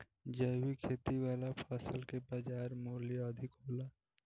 जैविक खेती वाला फसल के बाजार मूल्य अधिक होला